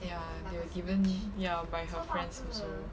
ya they were given ya by her friends also